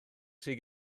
sydd